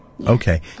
Okay